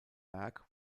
berg